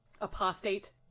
apostate